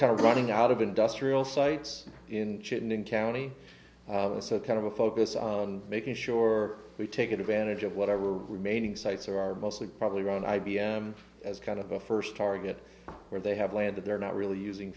kind of running out of industrial sites in chittenden county so kind of a focus on making sure we take advantage of whatever remaining sites are mostly probably run i b m as kind of a first target where they have land that they're not really using